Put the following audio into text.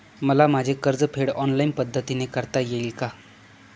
मला माझे कर्जफेड ऑनलाइन पद्धतीने करता येईल का?